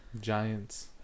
Giants